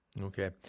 Okay